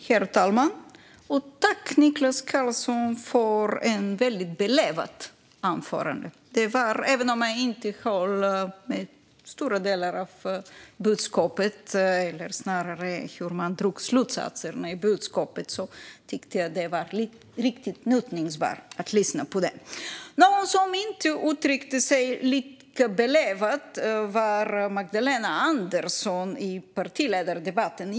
Herr talman! Jag tackar Niklas Karlsson för ett belevat anförande. Även om jag inte instämmer i slutsatserna var det riktigt njutningsbart att lyssna på det. Någon som inte uttryckte sig lika belevat var Magdalena Andersson i onsdagens partiledardebatt.